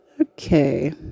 Okay